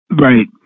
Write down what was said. right